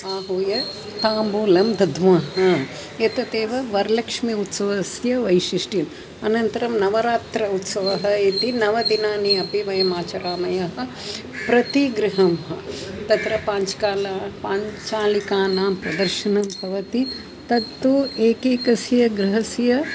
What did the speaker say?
आहूय ताम्बूलं दद्मः एतदेव वरलक्ष्मी उत्सवस्य वैशिष्ट्यम् अनन्तरं नवरात्रः उत्सवः इति नवदिनानि अपि वयम् आचरामः प्रतिगृहं तत्र पाञ्चालिकानां पाञ्चालिकानां प्रदर्शनं भवति तत्तु एकेकस्य गृहस्य